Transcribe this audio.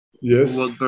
Yes